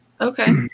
Okay